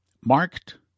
Marked